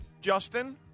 Justin